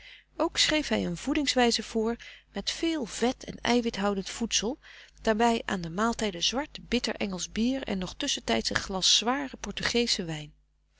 ook schreef hij een voedingswijze vr met veel vet en eiwit houdend voedsel daarbij aan de maaltijden zwart bitter engelsch bier en nog tusschentijds een glas zwaren portugeeschen wijn